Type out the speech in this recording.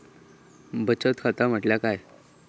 बचत खाता म्हटल्या काय?